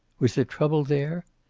was there trouble there?